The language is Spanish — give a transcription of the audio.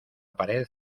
pared